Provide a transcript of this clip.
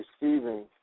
receiving